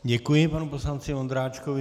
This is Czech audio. Děkuji panu poslanci Vondráčkovi.